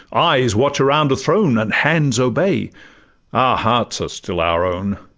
eyes watch around a throne, and hands obey our hearts are still our own